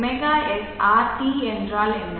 ωsrt என்றால் என்ன